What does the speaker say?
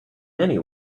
many